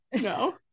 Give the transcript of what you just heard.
no